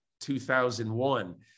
2001